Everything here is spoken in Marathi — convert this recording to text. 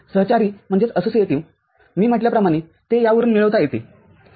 सहचारी मी म्हटल्याप्रमाणे ते यावरून मिळवता येते